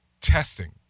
testing